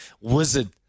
wizard